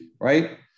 right